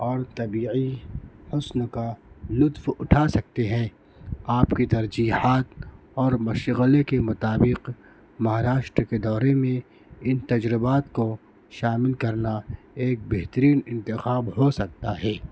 اور طبیعی حسن کا لطف اٹھا سکتے ہیں آپ کی ترجیحات اور مشغلے کے مطابق مہاراشٹر کے دورے میں ان تجربات کو شامل کرنا ایک بہترین انتخاب ہو سکتا ہے